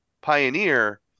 Pioneer